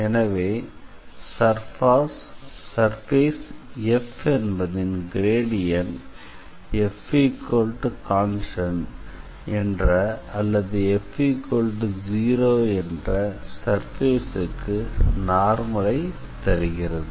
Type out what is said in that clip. எனவே surface F என்பதின் gradient Fகான்ஸ்டன்ட் என்ற அல்லது F0 என்ற சர்ஃபேஸுக்கு நார்மலை தருகிறது